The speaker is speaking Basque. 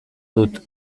dut